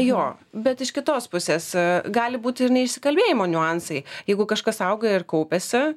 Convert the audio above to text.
jo bet iš kitos pusės gali būti ir neišsikalbėjimo niuansai jeigu kažkas auga ir kaupiasi